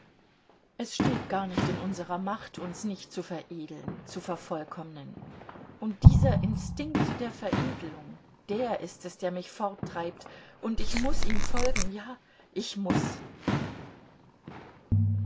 es steht gar nicht in unserer macht uns nicht zu veredeln zu vervollkommnen und dieser instinkt der veredlung der ist es der mich forttreibt und ich muß ihm folgen ja ich muß